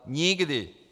Nikdy!